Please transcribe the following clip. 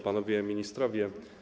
Panowie Ministrowie!